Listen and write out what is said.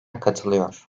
katılıyor